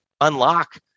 unlock